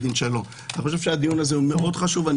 הדיון הזה הוא דיון חשוב מאוד,